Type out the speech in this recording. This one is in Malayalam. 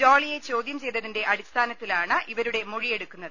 ജോളിയെ ചോദ്യം ചെയ്തതിന്റെ അടിസ്ഥാനത്തിലാണ് ഇവരുടെ മൊഴിയെടുക്കുന്നത്